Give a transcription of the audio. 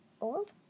old